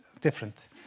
different